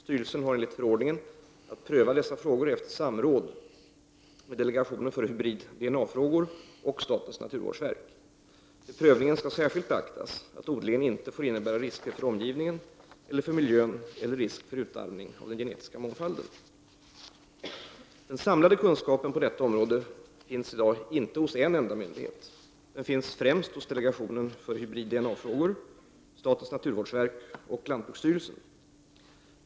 Styrelsen har enligt förordningen att pröva dessa frågor efter samråd med delegationen för hybrid-DNA-frågor och statens naturvårdsverk. Vid prövningen skall särskilt beaktas att odlingen inte får innebära risker för omgivningen eller för miljön eller risk för utarmning av den genetiska mångfalden. Den samlade kunskapen på detta område finns i dag inte hos en enda myndighet. Den finns främst hos delegationen för hybrid-DNA-frågor, statens naturvårdsverk och lantbruksstyrelsen.